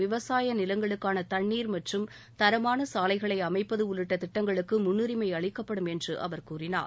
விவசாய நிலங்களுக்கான தண்ணீர் மற்றும் தரமான சாலைகளை அமைப்பது உள்ளிட்ட திட்டங்களுக்கு முன்னுரிமை அளிக்கப்படும் என்று அவர் கூறினார்